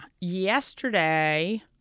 yesterday